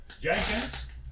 Jenkins